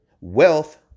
Wealth